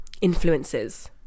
influences